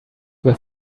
were